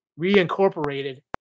reincorporated